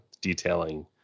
detailing